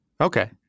okay